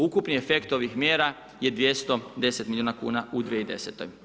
Ukupni efekt ovih mjera je 210 milijuna kuna u 2010.